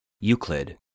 Euclid